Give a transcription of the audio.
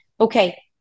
okay